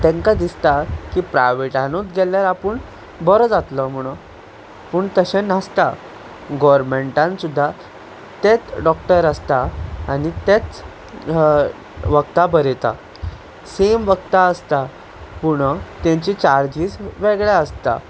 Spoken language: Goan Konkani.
तांकां दिसता की प्रायवेटानूच गेल्यार आपूण बरो जातलो म्हुणून पूण तशें नासता गव्हर्नमेंटान सुद्दां तेच डॉक्टर आसता आनी तेच वखदां बरयता सेम वखदां आसता पूण तांचे चार्जीस वेगळे आसता